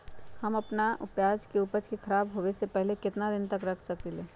हम अपना प्याज के ऊपज के खराब होबे पहले कितना दिन तक रख सकीं ले?